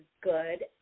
good